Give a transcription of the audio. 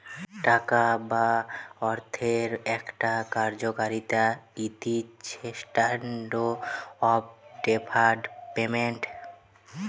টাকা বা অর্থের একটা কার্যকারিতা হতিছেস্ট্যান্ডার্ড অফ ডেফার্ড পেমেন্ট